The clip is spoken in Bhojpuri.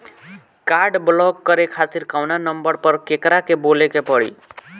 काड ब्लाक करे खातिर कवना नंबर पर केकरा के बोले के परी?